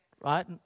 Right